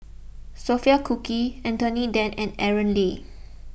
Sophia Cooke Anthony then and Aaron Lee